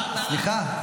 אה, סליחה.